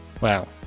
Wow